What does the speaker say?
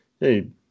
hey